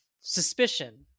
suspicion